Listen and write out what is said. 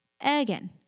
Again